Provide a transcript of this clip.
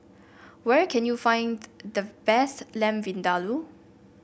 where can you find the best Lamb Vindaloo